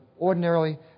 ordinarily